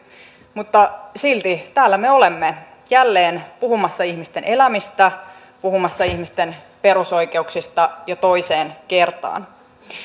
mutta silti täällä me olemme jälleen puhumassa ihmisten elämistä puhumassa ihmisten perusoikeuksista jo toiseen kertaan